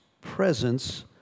presence